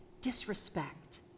disrespect